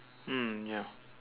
mm ya